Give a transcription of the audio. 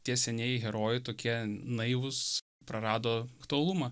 tie senieji herojai tokie naivūs prarado aktualumą